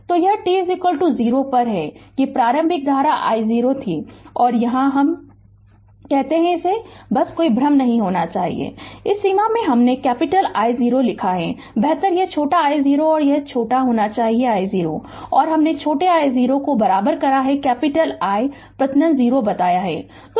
तो यह t 0 पर है कि प्रारंभिक धारा I0 थी और यहाँ हम यहाँ क्या कहते है यह है बस कोई भ्रम नहीं होना चाहिए इस सीमा में हमने कैपिटल I0 लिखा है बेहतर यह छोटा I0 और छोटा होना चाहिए I0 और हमने छोटा I0 कैपिटल I प्रत्यय 0 बताया